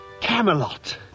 Camelot